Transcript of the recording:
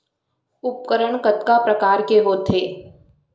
उपकरण कतका प्रकार के होथे?